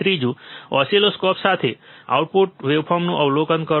ત્રીજું ઓસિલોસ્કોપ સાથે આઉટપુટ વેવફોર્મનું અવલોકન કરો